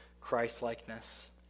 Christ-likeness